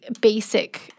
basic